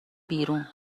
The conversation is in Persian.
بیرون